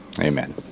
Amen